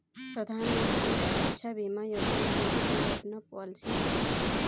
प्रधानमंत्री सुरक्षा बीमा योजना एगो दुर्घटना पॉलिसी हवे